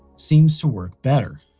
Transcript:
seems to work better.